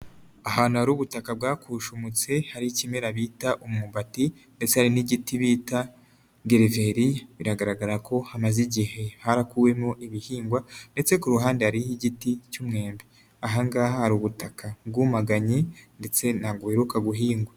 Ahantu hari ubutaka bwakushumutse, hari ikimera bita umumbati ndetse hari n'igiti bita Geveriya, biragaragara ko hamaze igihe, harakuwemo ibihingwa ndetse ku ruhande hariho igiti cy'umwembe, ahangaha hari ubutaka bwumaganye ndetse ntabwo buheruka guhingwa.